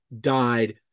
died